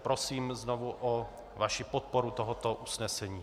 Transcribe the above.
Prosím znovu o vaši podporu tohoto usnesení.